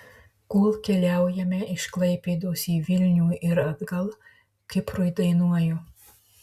kol keliaujame iš klaipėdos į vilnių ir atgal kiprui dainuoju